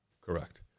Correct